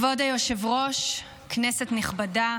כבוד היושב-ראש, כנסת נכבדה,